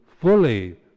fully